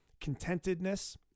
contentedness